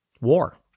War